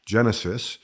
Genesis